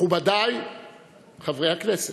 מכובדי חברי הכנסת,